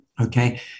okay